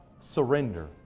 surrender